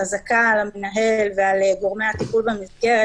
חזקה על המנהל ועל גורמי הטיפול במסגרת